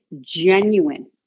genuine